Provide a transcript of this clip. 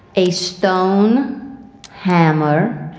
a stone hammer,